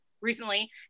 recently